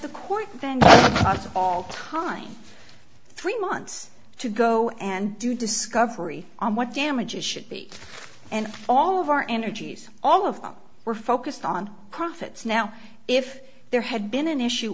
the court then time three months to go and do discovery on what damages should be and all of our energies all of them were focused on profits now if there had been an issue